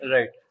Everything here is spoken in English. Right